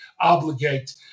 obligate